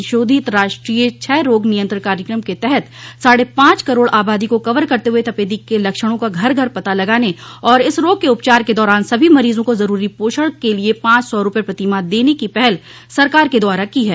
संशोधित राष्ट्रीय क्षय रोग नियंत्रण कार्यक्रम के तहत साढ़े पांच करोड़ आबादी को कवर करते हुए तपेदिक के लक्षणों का घर घर पता लगाने और इस रोग के उपचार के दौरान सभी मरीजों को जरूरी पोषण के लिए पांच सौ रूपये प्रतिमाह दने की पहल सरकार के द्वारा की है